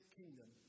kingdom